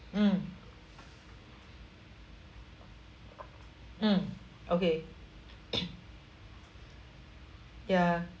mm mm okay ya